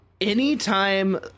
Anytime